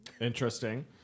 Interesting